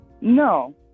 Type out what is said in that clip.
no